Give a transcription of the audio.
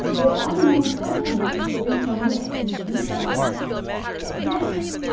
this unknown co-tenant stood in some relation to himself what next?